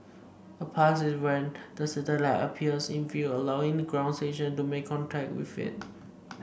a pass is when the satellite appears in view allowing the ground station to make contact with it